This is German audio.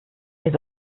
ihr